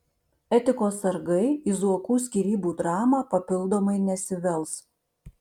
etikos sargai į zuokų skyrybų dramą papildomai nesivels